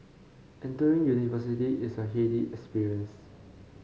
entering university is a heady experience